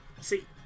see